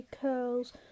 curls